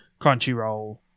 Crunchyroll